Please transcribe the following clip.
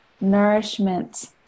nourishment